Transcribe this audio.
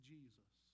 Jesus